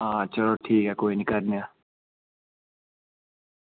आं चलो ठीक ऐ करने आं